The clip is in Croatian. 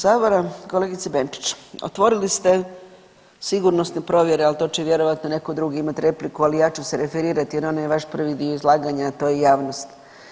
Kolegice Benčić, otvorili ste sigurnosne provjere, al to će vjerojatno neko drugi imat repliku, ali ja ću se referirati na onaj vaš prvi dio izlaganja, a to je javnost.